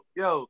yo